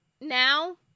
now